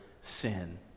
sin